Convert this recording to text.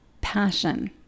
passion